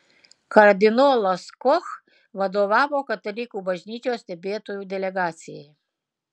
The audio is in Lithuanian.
kardinolas koch vadovavo katalikų bažnyčios stebėtojų delegacijai